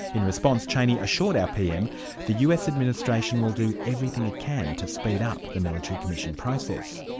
in response cheney assured our pm the us administration will do everything it can to speed up the military commission process.